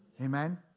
Amen